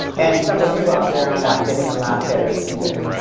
and some of you out there are not getting a lot better either.